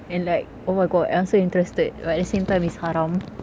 and like oh my god I'm so interested but at the same time it's haram